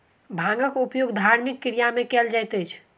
भांगक उपयोग धार्मिक क्रिया में कयल जाइत अछि